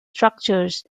structures